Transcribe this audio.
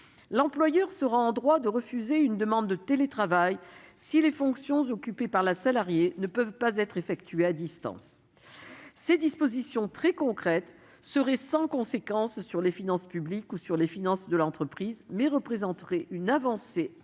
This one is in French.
l'employeur serait en droit de refuser une demande de télétravail si les fonctions occupées par la salariée ne pouvaient pas être exercées à distance. Ces dispositions très concrètes seraient sans conséquence sur les finances publiques ou sur les finances de l'entreprise. En revanche, elles représenteraient une avancée considérable